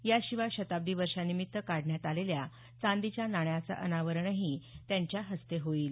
याशिवाय शताब्दी वर्षानिमित्त काढण्यात आलेल्या चांदीच्या नाण्याचं अनावरणही त्यांच्या हस्ते होईल